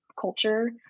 culture